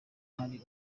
hari